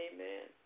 Amen